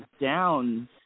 downs